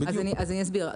אני אסביר.